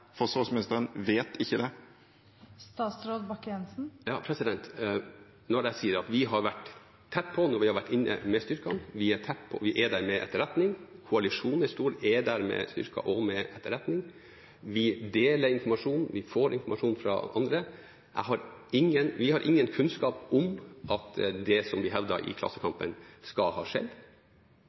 Forsvarsministeren vet ikke det? Vi har vært tett på når vi har vært inne med styrkene, vi er der med etterretning, koalisjonen er der med styrker og med etterretning, vi deler informasjon, vi får informasjon fra andre. Vi har ingen kunnskap om at det som blir hevdet i Klassekampen, skal ha skjedd.